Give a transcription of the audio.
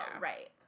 Right